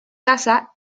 casa